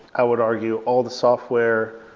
i would argue all the software,